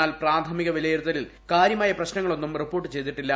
എന്നാൽ പ്രാഥമിക വിലയിരുത്തലിൽ കാര്യമായ പ്രശ്നങ്ങളൊന്നും റിപ്പോർട്ട് ചെയ്തിട്ടില്ല